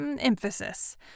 emphasis